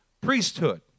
priesthood